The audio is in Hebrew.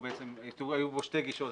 היו פה שתי גישות,